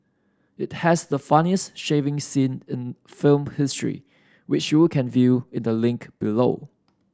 it has the funniest shaving scene in film history which you can view in the link below